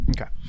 Okay